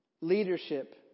leadership